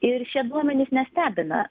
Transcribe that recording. ir šie duomenys nestebina